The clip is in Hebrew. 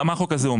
מה החוק אומר